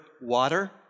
water